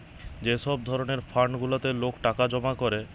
যে সব ধরণের ফান্ড গুলাতে লোক টাকা জমা করে